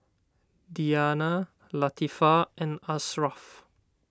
Diyana Latifa and Ashraf